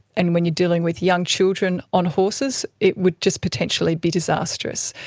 and when you're dealing with young children on horses, it would just potentially be disastrous.